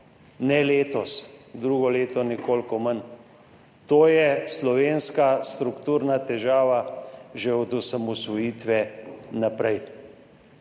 ne letos, drugo leto nekoliko manj. To je slovenska strukturna težava že od osamosvojitve naprej.